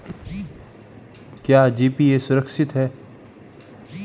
क्या जी.पी.ए सुरक्षित है?